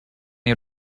you